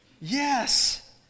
Yes